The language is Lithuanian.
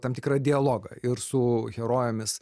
tam tikrą dialogą ir su herojėmis